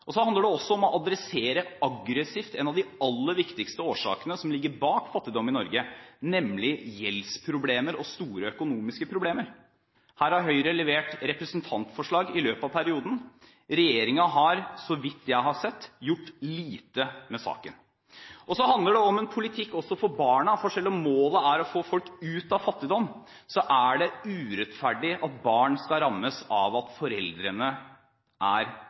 handler også om aggressivt å adressere en av de aller viktigste årsakene til fattigdom i Norge, nemlig gjeldsproblemer og store økonomiske problemer. Høyre har levert representantforslag om det i løpet av perioden. Regjeringen har, så vidt jeg har sett, gjort lite med saken. Og så handler det om en politikk også for barna. Selv om målet er å få folk ut av fattigdom, er det urettferdig at barn skal rammes av at foreldrene er